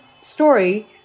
story